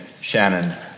Shannon